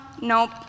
nope